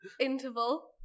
interval